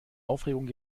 aufregung